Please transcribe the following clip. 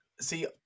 See